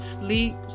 Sleep